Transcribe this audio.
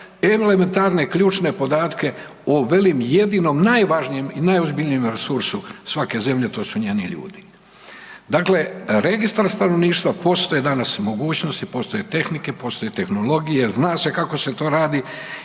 elementarne ključne podatke o velim jedinom najvažnijem i najozbiljnijem resursu svake zemlje to su njeni ljudi. Dakle, registar stanovništva, postoje danas mogućnosti, postoje tehnike, postoje tehnologije, zna se kako se to radi